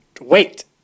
Wait